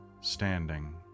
standing